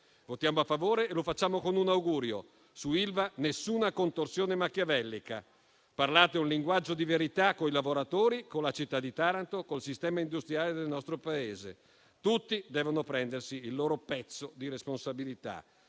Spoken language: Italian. Votiamo a favore e lo facciamo con un augurio: su Ilva nessuna contorsione machiavellica. Parlate un linguaggio di verità coi lavoratori, con la città di Taranto, col sistema industriale del nostro Paese. Tutti devono prendersi il loro pezzo di responsabilità